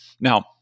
Now